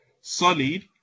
solid